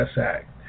Act